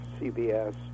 CBS